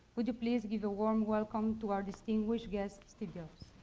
could you please give a warm welcome to our distinguished guest, steve jobs.